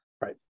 Right